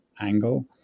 angle